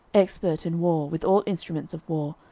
expert in war, with all instruments of war,